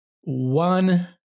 one